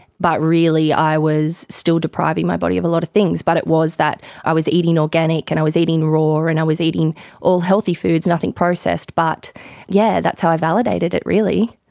but really i was still depriving my body of a lot of things, but it was that i was eating organic and i was eating raw and i was eating all healthy foods, nothing processed. but yeah, that's how i validated it, really.